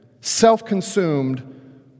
Self-consumed